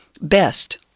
best